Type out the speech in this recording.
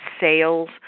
sales